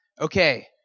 Okay